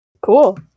Cool